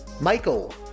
Michael